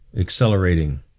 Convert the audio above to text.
accelerating